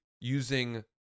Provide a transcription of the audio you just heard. using